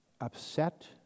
upset